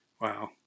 Wow